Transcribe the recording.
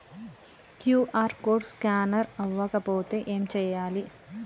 QR code scanner అవ్వకపోతే ఏం చేయాలి?